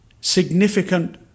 significant